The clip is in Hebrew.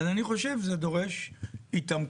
אז אני חושב שזה דורש התעמקות